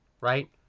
right